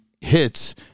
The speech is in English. hits